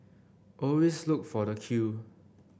always look for the queue